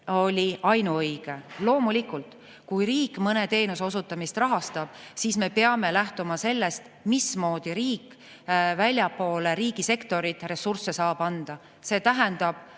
oli ainuõige. Loomulikult, kui riik mõne teenuse osutamist rahastab, siis me peame lähtuma sellest, mismoodi riik väljapoole riigisektorit ressursse saab anda. See tähendab